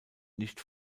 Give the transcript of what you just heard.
nicht